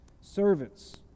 servants